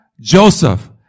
Joseph